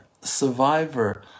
survivor